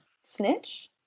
Snitch